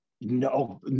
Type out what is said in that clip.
No